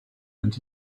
and